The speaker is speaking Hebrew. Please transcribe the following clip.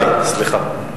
סליחה.